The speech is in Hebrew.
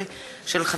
קורן,